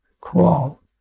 crawl